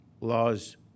laws